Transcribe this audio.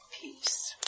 peace